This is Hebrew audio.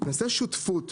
נעשה שותפות.